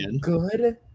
good